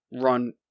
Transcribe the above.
run